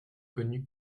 connue